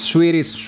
Swedish